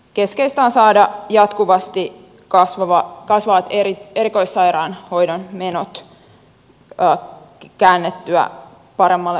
keskeistä on saada jatkuvasti kasvavat erikoissairaanhoidon menot käännettyä paremmalle uralle